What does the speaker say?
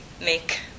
make